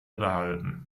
behalten